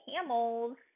Camels